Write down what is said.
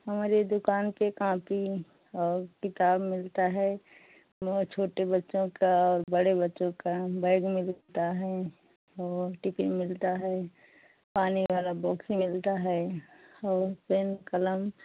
हमारी दुकान की काॅपी और किताब मिलती है वहाँ छोटे बच्चों का बड़े बच्चों का बैग मिलता है और टिफिन मिलता है पानी वाला बॉक्स मिलता है और पेन कलम